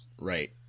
Right